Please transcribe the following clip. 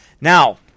Now